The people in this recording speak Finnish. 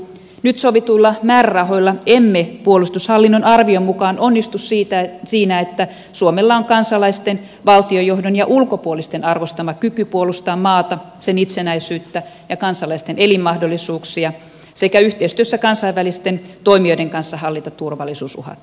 nyt sovituilla määrärahoilla emme puolustushallinnon arvion mukaan onnistu siinä että suomella on kansalaisten valtionjohdon ja ulkopuolisten arvostama kyky puolustaa maata sen itsenäisyyttä ja kansalaisten elinmahdollisuuksia sekä yhteistyössä kansainvälisten toimijoiden kanssa hallita turvallisuusuhat